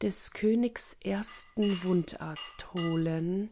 des königs ersten wundarzt holen